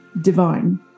divine